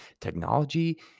technology